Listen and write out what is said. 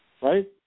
right